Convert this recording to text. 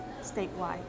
statewide